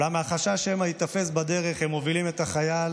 אולם מהחשש שמא ייתפס בדרך הם מובילים את החייל